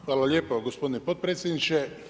Hvala lijepa gospodine potpredsjedniče.